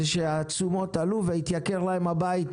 הוא מכיוון שהתשומות עלו והתייקר להם הבית.